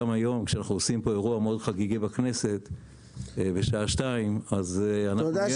גם היום כשאנו עושים פה אירוע חגיגי בכנסת ב-14:00- -- תודה